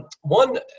One